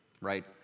right